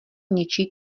něčí